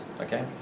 Okay